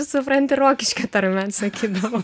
supranti rokiškio tarme atsakydavau